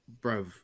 bro